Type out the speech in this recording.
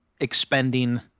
expending